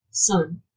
son